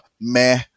meh